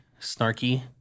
snarky